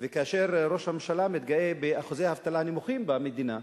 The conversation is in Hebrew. וכאשר ראש הממשלה מתגאה באחוזי אבטלה נמוכים במדינה,